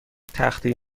تخته